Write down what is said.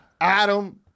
Adam